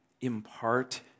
impart